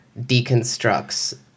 deconstructs